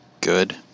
good